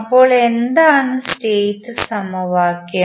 അപ്പോൾ എന്താണ് സ്റ്റേറ്റ് സമവാക്യം